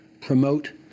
promote